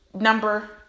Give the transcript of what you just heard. Number